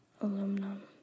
Aluminum